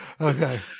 Okay